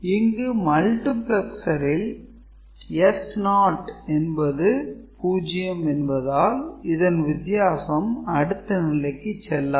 இங்கு 'Multiplexer' ல் S0 என்பது 0 என்பதால் இதன் வித்தியாசம் அடுத்த நிலைக்கு செல்லாது